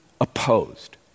opposed